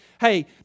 hey